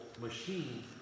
machine